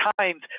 times